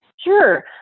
Sure